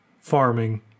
farming